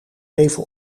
even